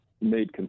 made